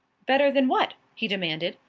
better than what? he demanded.